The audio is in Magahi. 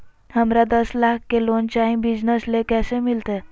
हमरा दस लाख के लोन चाही बिजनस ले, कैसे मिलते?